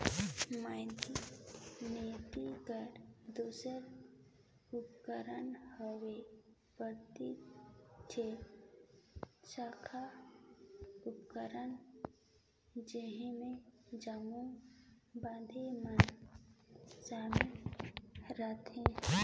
मौद्रिक नीति कर दूसर उपकरन हवे प्रत्यक्छ साख उपकरन जेम्हां जम्मो बिधि मन सामिल रहथें